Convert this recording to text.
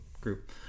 group